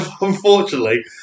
Unfortunately